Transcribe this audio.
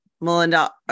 Melinda